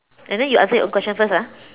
and then you answer your own question first ah